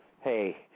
hey